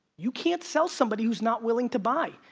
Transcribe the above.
you can't sell somebody who's not willing to buy.